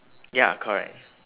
ya correct